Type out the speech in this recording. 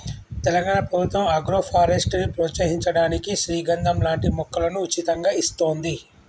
తెలంగాణ ప్రభుత్వం ఆగ్రోఫారెస్ట్ ని ప్రోత్సహించడానికి శ్రీగంధం లాంటి మొక్కలను ఉచితంగా ఇస్తోంది